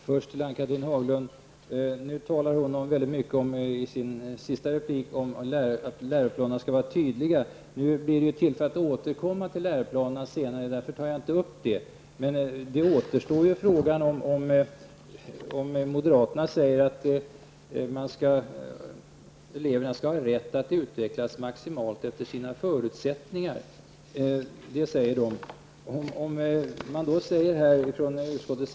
Herr talman! Ann-Cathrine Haglund talade i sin senaste replik mycket om att läroplanerna skall vara tydliga. Det blir ju tillfälle att återkomma till frågan om läroplanerna senare, och därför tar jag inte upp den saken nu. Men kvar står att moderaterna säger att eleverna skall ha rätt att utvecklas maximalt efter sina förutsättningar.